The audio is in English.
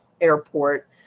airport